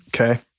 Okay